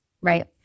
right